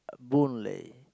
Boon-Lay